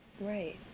Right